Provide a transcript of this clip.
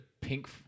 pink